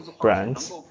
brands